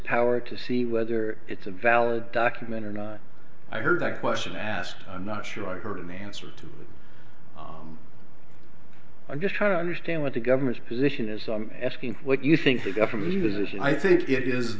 power to see whether it's a valid document or not i heard a question asked i'm not sure i heard an answer to that i'm just trying to understand what the government's position is asking what you think the government uses and i think it is